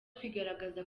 kwigaragaza